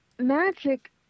magic